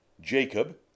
Jacob